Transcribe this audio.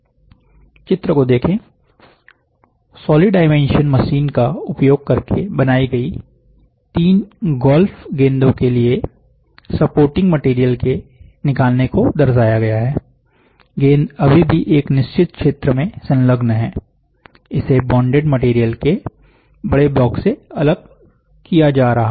चित्र को देखे एक सॉलीडायमेंशन मशीन का उपयोग करके बनाइ गई 3 गोल्फ गेंदों के लिए सपोर्टिंग मटेरियल के निकालने को दर्शाया गया है गेंद अभी भी एक निश्चित क्षेत्र में संलग्न है इसे बोंडेड मटेरियल के बड़े ब्लॉक से अलग किया जा रहा है